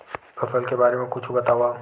फसल के बारे मा कुछु बतावव